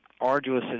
arduous